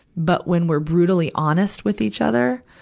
but when we're brutally honest with each other,